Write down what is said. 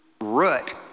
root